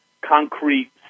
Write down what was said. concrete